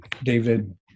David